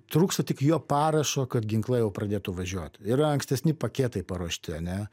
trūksta tik jo parašo kad ginklai jau pradėtų važiuoti yra ankstesni paketai paruošti ane